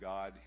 God